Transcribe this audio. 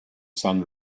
sun